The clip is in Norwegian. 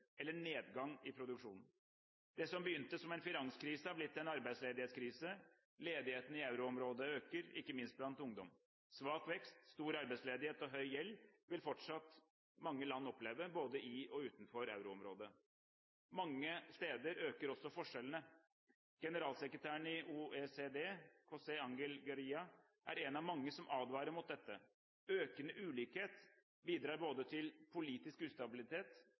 eller nedgang i produksjonen. Det som begynte som en finanskrise, har blitt en arbeidsledighetskrise. Ledigheten i euroområdet øker, ikke minst blant ungdom. Svak vekst, stor arbeidsledighet og høy gjeld vil fortsatt mange land oppleve, både i og utenfor euroområdet. Mange steder øker også forskjellene. Generalsekretæren i OECD, José Ángel Gurría, er én av mange som advarer mot dette. Økende ulikhet bidrar både til politisk ustabilitet